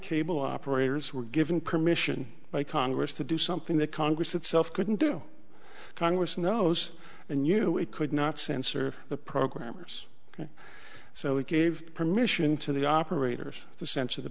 cable operators were given permission by congress to do something that congress itself couldn't do congress knows and you know we could not censor the programmers so we gave permission to the operators the sense of the